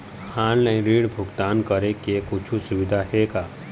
Online ऋण भुगतान करे के कुछू सुविधा हे का?